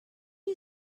you